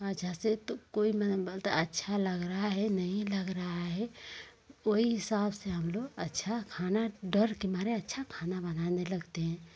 अच्छा से तो कोई नहीं बोलता अच्छा लग रहा है नहीं लग रहा है वो ही हिसाब से हम लोग अच्छा खाना डर के मारे अच्छा खाना बनाने लगते हैं